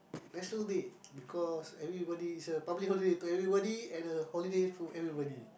National-Day because everybody is a public holiday to everybody and a holiday for everybody